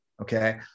Okay